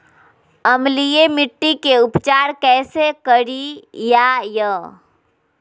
अम्लीय मिट्टी के उपचार कैसे करियाय?